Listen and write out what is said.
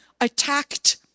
attacked